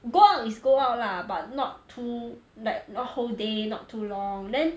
go out is go out lah but not too like not whole day not too long then